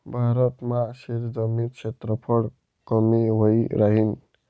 भारत मा शेतजमीन क्षेत्रफळ कमी व्हयी राहीन